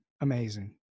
amazing